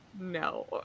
No